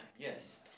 yes